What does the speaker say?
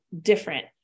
different